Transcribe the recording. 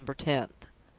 december tenth.